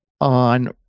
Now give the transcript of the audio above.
on